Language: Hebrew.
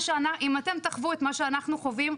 אם אתם תחוו את מה שאנחנו חווים,